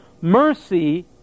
Mercy